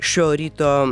šio ryto